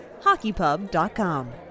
HockeyPub.com